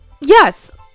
yes